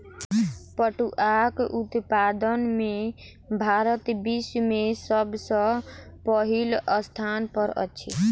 पटुआक उत्पादन में भारत विश्व में सब सॅ पहिल स्थान पर अछि